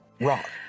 rock